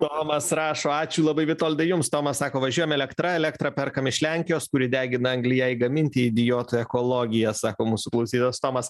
tomas rašo ačiū labai vitoldai jums tomas sako važiuojam elektra elektrą perkam iš lenkijos kuri degina anglį jai gaminti idiotų ekologija sako mūsų klausytojas tomas